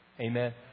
Amen